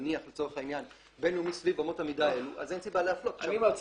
נפח הפעילות לאילת אני מקווה